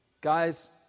Guys